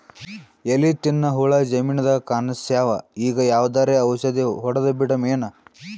ಎಲಿ ತಿನ್ನ ಹುಳ ಜಮೀನದಾಗ ಕಾಣಸ್ಯಾವ, ಈಗ ಯಾವದರೆ ಔಷಧಿ ಹೋಡದಬಿಡಮೇನ?